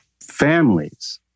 families